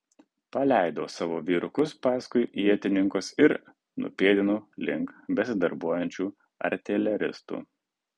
paleidau savo vyrus paskui ietininkus ir nupėdinau link besidarbuojančių artileristų